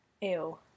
Ew